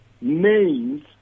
names